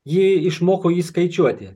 ji išmoko jį skaičiuoti